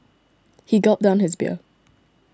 he gulped down his beer